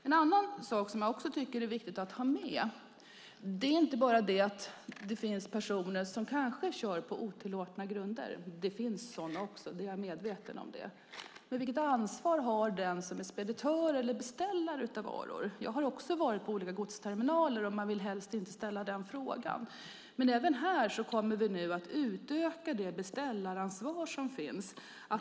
En annan sak som är viktig att ta med är inte bara frågan om personer som kanske kör på otillåtna grunder - det finns sådana också, det är jag medveten om - utan också vilket ansvar speditören eller beställaren av varorna har. Jag har också besökt olika godsterminaler, och man vill helst inte ställa frågan. Även här kommer vi att utöka beställaransvaret.